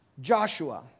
Joshua